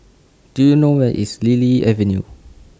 Do YOU know Where IS Lily Avenue